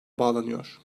bağlanıyor